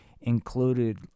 included